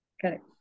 Correct